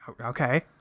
okay